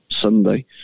Sunday